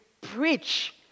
preach